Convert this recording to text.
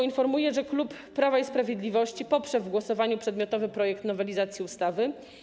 Informuję, że klub Prawa i Sprawiedliwości poprze w głosowaniu przedmiotowy projekt nowelizacji ustawy.